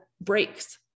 breaks